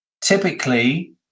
Typically